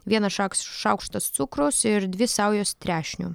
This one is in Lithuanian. vienas šak šaukštas cukraus ir dvi saujos trešnių